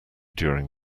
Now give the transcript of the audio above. during